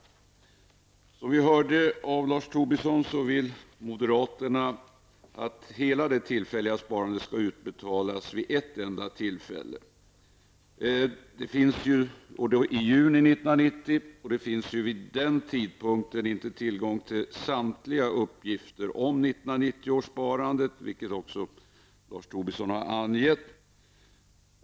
Moderaterna vill att hela det tillfälliga sparandet skall utbetalas vid ett enda tillfälle i juni 1990. Vid den tidpunkten finns det inte tillgång till samtliga uppgifter om 1990 års sparande, vilket också Lars Tobisson har sagt.